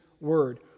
word